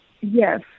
Yes